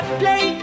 play